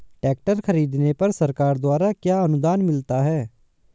Tractor खरीदने पर सरकार द्वारा क्या अनुदान मिलता है?